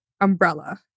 umbrella